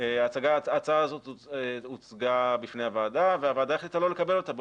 ההצעה הזאת הוצגה בפני הוועדה והוועדה החליטה לא לקבל אותה,